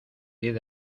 diez